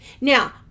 Now